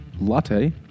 Latte